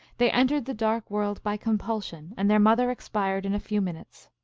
they entered the dark world by compulsion, and their mother expired in a few minutes.